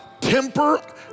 temper